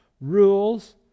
rules